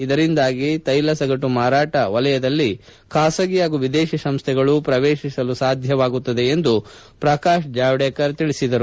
ಇದರಿಂದಾಗಿ ತ್ಯೆಲ ಸಗಟು ಮಾರಾಟ ವಲಯದಲ್ಲಿ ಖಾಸಗಿ ಹಾಗೂ ವಿದೇಶಿ ಸಂಸ್ಥೆಗಳು ಪ್ರವೇಶಿಸಲು ಸಾಧ್ಯವಾಗುತ್ತಿದೆ ಎಂದು ಪ್ರಕಾಶ್ ಜಾವಡೇಕರ್ ತಿಳಿಸಿದರು